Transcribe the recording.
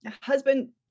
husband